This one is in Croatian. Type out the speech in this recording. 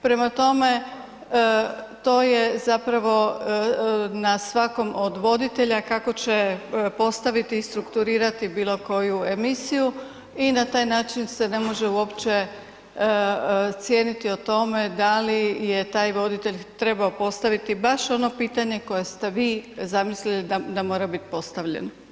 Prema tome, to je zapravo na svakom od voditelja kako će postaviti i strukturirati bilo koju emisiju i na taj način se ne može uopće cijeniti o tome da li je taj voditelj trebao postaviti baš ono pitanje koje ste vi zamislili da mora biti postavljeno.